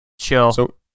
chill